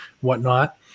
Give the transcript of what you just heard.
whatnot